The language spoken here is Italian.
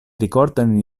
ricordano